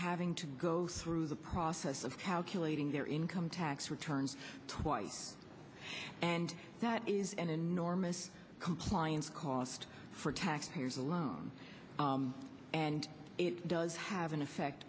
having to go through the process of calculating their income tax returns twice and that is an enormous compliance cost for taxpayers alone and it does have an effect